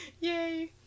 yay